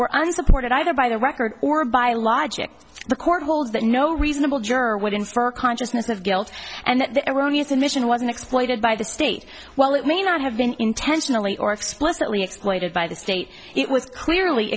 were unsupported either by the record or by logic the court holds that no reasonable juror would infer consciousness of guilt and that the erroneous admission wasn't exploited by the state well it may not have been intentionally or explicitly exploited by the state in was clearly